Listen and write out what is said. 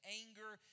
anger